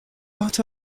but